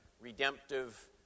redemptive